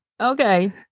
Okay